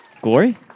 Glory